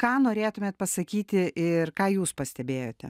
ką norėtumėt pasakyti ir ką jūs pastebėjote